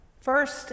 First